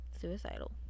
suicidal